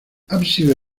ábside